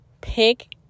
pick